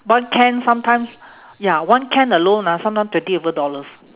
one can sometimes ya one can alone ah sometime twenty over dollars